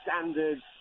standards